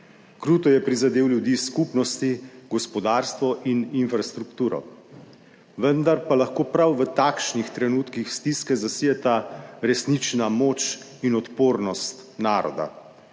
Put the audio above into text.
kruto je prizadel ljudi, skupnosti, gospodarstvo in infrastrukturo. Vendar pa lahko prav v takšnih trenutkih stiske zasijeta resnična moč in odpornost naroda.